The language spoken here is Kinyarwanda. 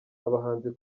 abahanzi